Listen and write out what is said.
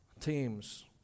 Teams